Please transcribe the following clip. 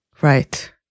Right